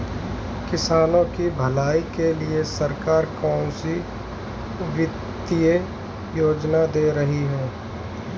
किसानों की भलाई के लिए सरकार कौनसी वित्तीय योजना दे रही है?